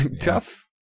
tough